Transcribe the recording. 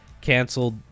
canceled